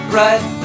right